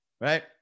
Right